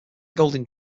golding